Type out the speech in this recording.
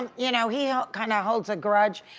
um you know he um kinda holds a grudge,